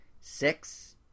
six